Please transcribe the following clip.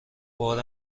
بار